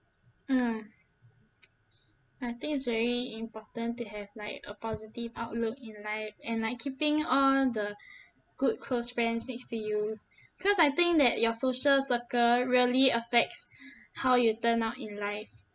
ah I think it's very important to have like a positive outlook in life and like keeping all the good close friends next to you cause I think that your social circle really affects how you turn out in life